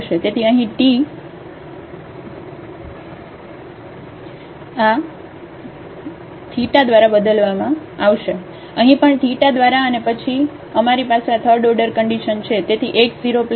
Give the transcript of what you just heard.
તેથી અહીં t આ θ દ્વારા બદલવામાં આવશે અહીં પણ θ દ્વારા અને પછી અમારી પાસે આ થર્ડ ઓર્ડર કન્ડિશન છે